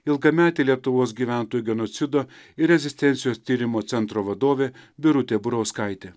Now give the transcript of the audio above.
ilgametė lietuvos gyventojų genocido ir rezistencijos tyrimo centro vadovė birutė burauskaitė